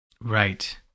Right